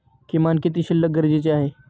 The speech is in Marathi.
किमान किती शिल्लक गरजेची आहे?